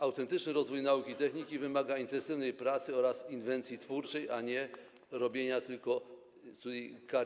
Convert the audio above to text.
Autentyczny rozwój nauki i techniki wymaga intensywnej pracy oraz inwencji twórczej, a nie tylko robienia kariery.